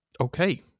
Okay